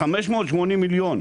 דובר על 580 מיליון.